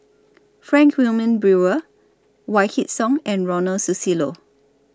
Frank Wilmin Brewer Wykidd Song and Ronald Susilo